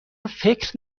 فکر